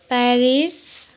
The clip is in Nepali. पेरिस